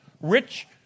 Rich